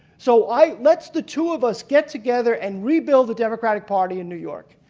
so i let's the two of us get together and rebuild the democratic party in new york.